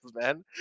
man